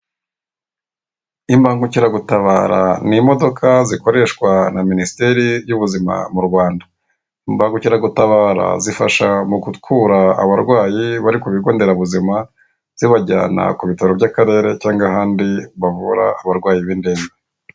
Imbangukiragutabara ni imodoka zikoreshwa na minisiteri y'ubuzima mu Rwanda. Imbangukiragutabara zifasha mugukura abarwayi bari ku bigonderabuzima zibajyana ku bitaro bya karere cyangwa ahandi bavura abarwayi b'indembe.